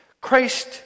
Christ